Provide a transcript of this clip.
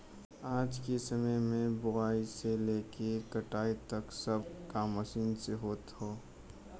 आज के समय में बोआई से लेके कटाई तक सब काम मशीन से होत हौ